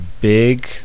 big